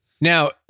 Now